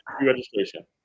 registration